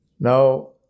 Now